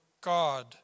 God